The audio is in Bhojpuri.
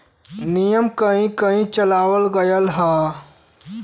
नियम कहीं कही चलावल गएल हौ